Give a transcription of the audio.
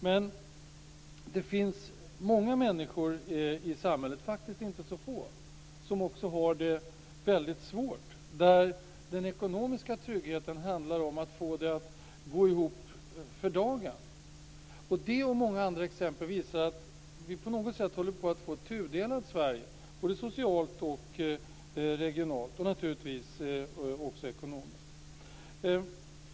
Men det finns många människor i samhället - de är faktiskt inte så få - som också har det väldigt svårt. Deras ekonomiska trygghet handlar om att få det gå ihop för dagen. Det och många andra exempel visar att vi på något sätt håller på att få ett tudelat Sverige, såväl socialt och regionalt som ekonomiskt.